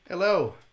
Hello